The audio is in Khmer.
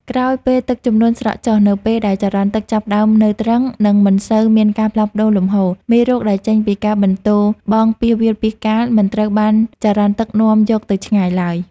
ក្រោយពេលទឹកជំនន់ស្រកចុះ នៅពេលដែលចរន្តទឹកចាប់ផ្តើមនៅទ្រឹង និងមិនសូវមានការផ្លាស់ប្តូរលំហូរ មេរោគដែលចេញពីការបន្ទោបង់ពាសវាលពាសកាលមិនត្រូវបានចរន្តទឹកនាំយកទៅឆ្ងាយឡើយ។